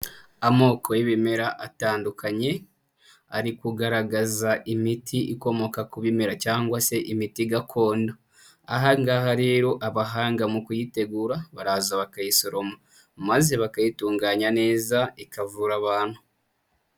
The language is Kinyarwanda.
Amoko y'ibimera atandukanye, ari kugaragaza imiti ikomoka ku bimera cyangwa se imiti gakondo, ahangaha rero abahanga mu kuyitegura baraza bakayisoroma maze bakayitunganya neza ikavura abantu.